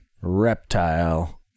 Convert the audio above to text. reptile